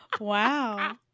Wow